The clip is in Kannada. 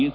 ಎಸ್